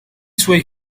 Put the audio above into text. suoi